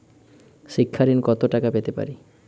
শিক্ষা ঋণ কত টাকা পেতে পারি?